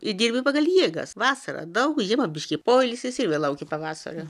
i dirbti pagal jėgas vasarą daug žiemą biškį poilsis ir vėl lauki pavasario